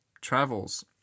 travels